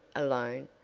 alone,